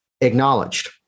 acknowledged